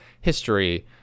history